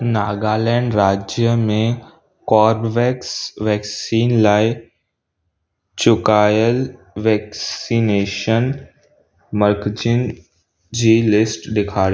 नागालैंड राज्य में Corbevax vaccine लाइ चुकायल वैक्सीनेशन मर्कज़नि जी लिस्ट ॾेखारियो